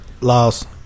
Lost